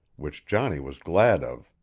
which johnny was glad of,